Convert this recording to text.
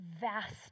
vast